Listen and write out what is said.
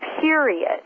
period